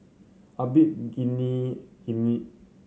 Abdul Ghani Hamid